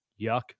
yuck